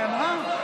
היא אמרה.